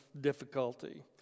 difficulty